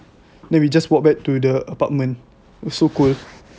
then we just walk back to the apartment so cold